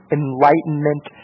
enlightenment